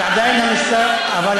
אבל עדיין המשטרה,